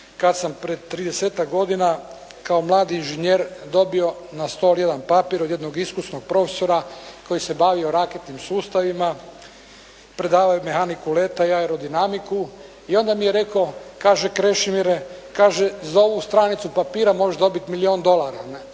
kada sam prije tridesetak godina, kao mladi inženjer dobio na stol jedan papir od jednog iskusnog profesora koji se bavio raketnim sustavima, predavao je mehaniku leta i aerodinamiku, i onda mi je rekao, kaže Krešimire, kaže za ovu stranicu papira možeš dobiti milijun dolara.